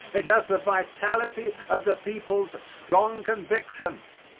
it has the vitality of the people's strong convictions.